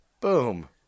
Boom